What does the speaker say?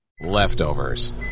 leftovers